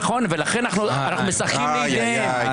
ולכן אנחנו משחקים לידיהם.